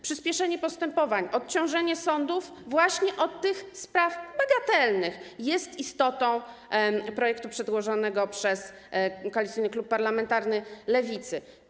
Przyspieszenie postępowań, odciążenie sądów właśnie od tych spraw bagatelnych jest istotą projektu przedłożonego przez Koalicyjny Klub Parlamentarny Lewicy.